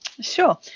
Sure